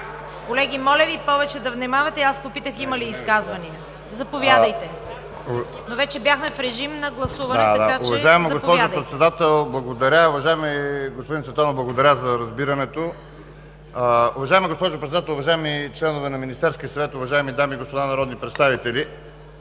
Колеги, моля Ви повече да внимавате. Аз попитах има ли изказвания? Заповядайте, но вече бяхме в режим на гласуване. ТАСКО ЕРМЕНКОВ (БСП за България): Уважаема госпожо Председател, благодаря. Уважаеми господин Цветанов, благодаря за разбирането. Уважаема госпожо Председател, уважаеми членове на Министерския съвет, уважаеми дами и господа народни представители!